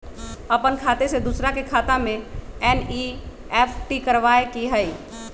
अपन खाते से दूसरा के खाता में एन.ई.एफ.टी करवावे के हई?